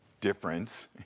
Difference